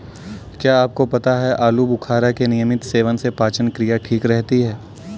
क्या आपको पता है आलूबुखारा के नियमित सेवन से पाचन क्रिया ठीक रहती है?